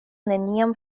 neniam